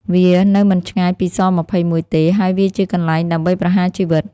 វានៅមិនឆ្ងាយពី ស-២១ ទេ ហើយវាជាកន្លែងដើម្បីប្រហារជីវិត។